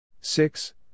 Six